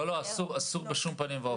לא, אסור בשום פנים ואופן.